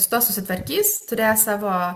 su tuo susitvarkys turės savo